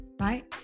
right